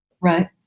Right